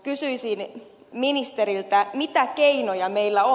kysyisin ministeriltä mitä keinoja meillä on